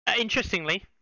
interestingly